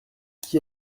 qui